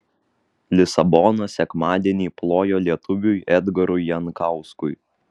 lisabona sekmadienį plojo lietuviui edgarui jankauskui